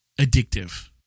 addictive